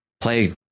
play